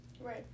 Right